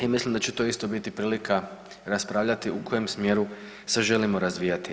I mislim da će to isto biti prilika raspravljati u kojem smjeru se želimo razvijati.